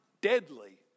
deadly